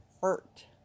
hurt